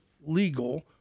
legal